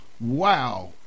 wow